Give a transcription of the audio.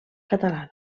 catalana